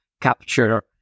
capture